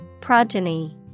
Progeny